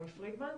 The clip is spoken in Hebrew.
רועי פרידמן,